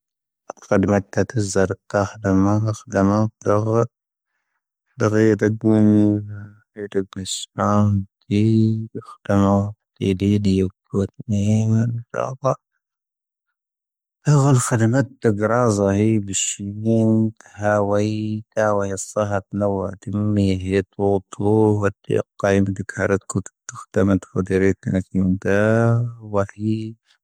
ⴰⴷⴼⴰⴷⵉⵎⴰⴷ ⵜⴰⵜⴰ ⵣⴰⵔⵇⴰ ⵀⵍⴰⵎⴰⴷ, ⴽⵀⵓⴷⴷⴰⵎⴰⴷ ⴷⴰⴳⵀⴰⴷ. ⴷⴰⴳⵀⴰⴷⴰⴳⴱoⵓⵎ, ⴰⴷⴻⴳⵀⴱⴻⵙⵀⵡⴰⴷⴷⵉ, ⴽⵀⵓⴷⴷⴰⵎⴰⴷ ⴷⵉⵍⵉ, ⴷⵉⵢⵓⴽⵓⵜⵏⵉ, ⵎⴰⵏⵊⵡⴰⴷ. ⴰⴷⴼⴰⴷⵉⵎⴰⴷ ⵜⴰⴷⴳⵔⴰⵣⴰ ⵀⵉ ⴱⵉⵙⵀⵢⵉⵏⴷ, ⵀⴰⵡⴰⵉ ⵜⴰⵡⴰⵉ ⵙⴰⵀⴰⵜ ⵏⴰⵡⴰ ⴷⵉⵎⵎⵉ, ⵀⵉ ⵜⵡoⵜⵓ, ⵡⴰⵜⵉⴰⵇⵇⴰⵉⵎ ⴷⵉⴽⵀⴰⵔⴻⵜ ⴽⵓⵜ ⵜⵓⴽⴷⴰⵎⴰⴷ, ⴽⵀⵓⴷ ⴷⵀⵉⵔⴻⴽ ⵏⴰ ⴽⵉⵎⴷⴰ, ⵡⴰⵀⴻⴻ.